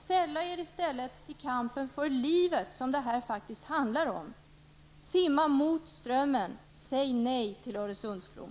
Sälla er i stället till kampen för livet, som det här faktiskt handlar om. Simma mot strömmen, och säg nej till Öresundsbron!